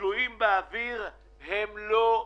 תלויים באוויר הם לא לביצוע.